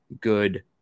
good